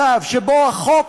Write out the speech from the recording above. תודה רבה לך.